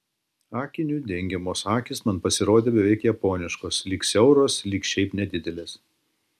akinių dengiamos akys man pasirodė beveik japoniškos lyg siauros lyg šiaip nedidelės